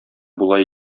була